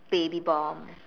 baby bomb